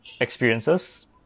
experiences